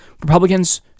Republicans